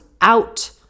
out